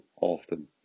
often